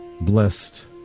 blessed